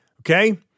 Okay